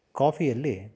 ಕಾಫಿಯಲ್ಲಿ